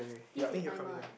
this is timer eh